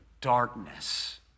darkness